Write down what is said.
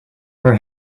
her